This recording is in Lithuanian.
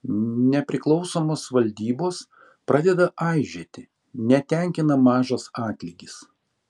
nepriklausomos valdybos pradeda aižėti netenkina mažas atlygis